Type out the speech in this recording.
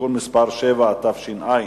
(תיקון מס' 7), התש"ע 2010,